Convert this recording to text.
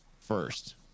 first